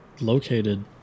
located